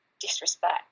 disrespect